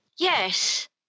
Yes